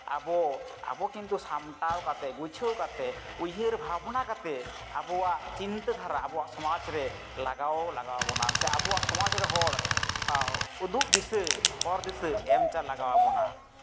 ᱟᱵᱚ ᱟᱵᱚ ᱠᱤᱱᱛᱩ ᱥᱟᱢᱴᱟᱣ ᱠᱟᱛᱮ ᱜᱩᱪᱷᱟᱹᱣ ᱠᱟᱛᱮ ᱩᱭᱦᱟᱹᱨ ᱵᱷᱟᱵᱽᱱᱟ ᱠᱟᱛᱮᱫ ᱟᱵᱚᱣᱟᱜ ᱪᱤᱱᱛᱟᱹ ᱫᱷᱟᱨᱟ ᱟᱵᱚᱣᱟᱜ ᱥᱚᱢᱟᱡᱽ ᱨᱮ ᱞᱟᱜᱟᱣ ᱞᱟᱜᱟᱣ ᱵᱚᱱᱟ ᱥᱮ ᱟᱵᱚᱣᱟᱜ ᱥᱚᱢᱟᱡᱽ ᱨᱮ ᱦᱚᱲ ᱩᱫᱩᱜ ᱫᱤᱥᱟᱹ ᱦᱚᱨ ᱫᱤᱥᱟᱹ ᱮᱢ ᱪᱟᱞ ᱞᱟᱜᱟᱣ ᱵᱚᱱᱟ